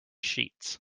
sheets